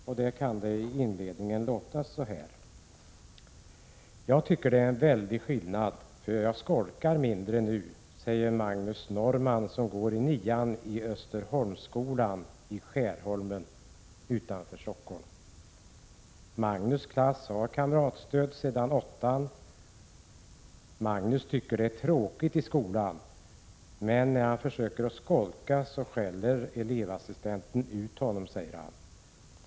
Där låter det i inledningen så här: ”Jag tycker det är en väldig skillnad, för jag skolkar mindre nu, säger Magnus Norrman som går i nian i Österholmsskolan i Skärholmen utanför Stockholm. Magnus klass har kamratstöd sedan åttan. Magnus tycker det är tråkigt i skolan, men när han försöker skolka så skäller elevassistenten ut honom, säger han.